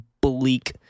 bleak